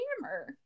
hammer